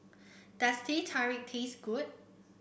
does Teh Tarik taste good